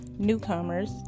Newcomers